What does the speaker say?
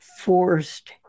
forced